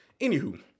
Anywho